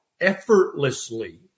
effortlessly